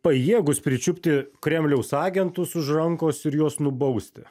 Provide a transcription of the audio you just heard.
pajėgūs pričiupti kremliaus agentus už rankos ir juos nubausti